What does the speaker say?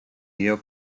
neo